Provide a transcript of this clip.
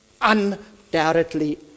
Undoubtedly